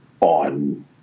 on